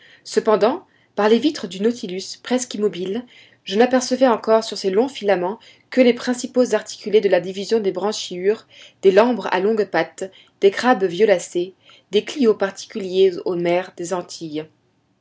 cependant par les vitres du nautilus presque immobile je n'apercevais encore sur ces longs filaments que les principaux articulés de la division des brachioures des l'ambres à longues pattes des crabes violacés des clios particuliers aux mers des antilles